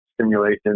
simulation